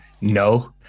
no